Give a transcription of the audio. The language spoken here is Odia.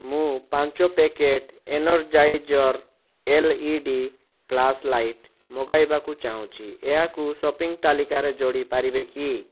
ମୁଁ ପାଞ୍ଚ packet Energizer L E D flash light ମଗାଇବାକୁ ଚାହୁଁଛି ଏହାକୁ ସପିଂ ତାଲିକାରେ ଯୋଡ଼ି ପାରିବେ କି